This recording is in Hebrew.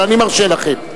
אבל אני מרשה לכם.